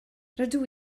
rydw